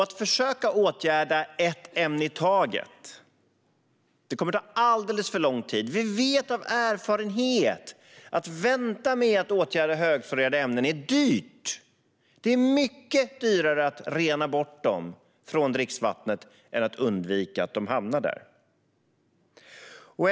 Att försöka åtgärda ett ämne i taget kommer att ta alldeles för lång tid. Vi vet av erfarenhet att det är dyrt att vänta med att åtgärda högfluorerade ämnen. Det är mycket dyrare att rena bort dem från dricksvattnet än att undvika att de hamnar där.